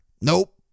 Nope